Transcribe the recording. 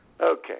Okay